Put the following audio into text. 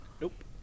nope